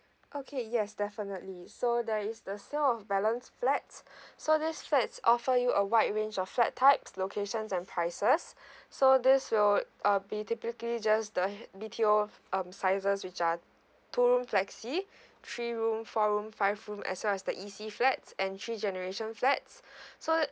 okay yes definitely so there is the sale of balance flats so these flats offer you a wide range of flat types locations and prices so this will uh be typically just the hea~ B_T_O um sizes which are two room flexi three room four room five room as well as the E_C flats and three generation flats so